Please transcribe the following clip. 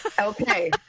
Okay